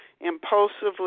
impulsively